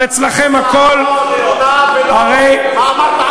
אבל אצלכם הכול, מה אמרת עוד?